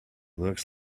looks